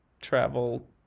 travel